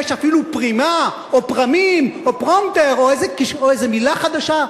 יש אפילו "פרימה" או "פרמים" או "פרומטר" או איזו מלה חדשה,